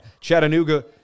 Chattanooga